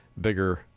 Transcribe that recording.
bigger